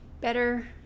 better